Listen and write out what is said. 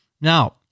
Now